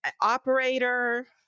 operator